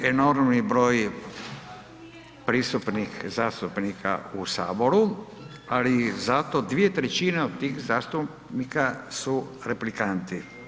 Nije enormni broj prisutnih zastupnika u saboru, ali zato 2/3 od tih zastupnika su replikanti.